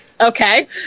Okay